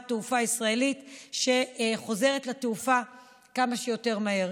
תעופה ישראלית שחוזרת לתעופה כמה שיותר מהר.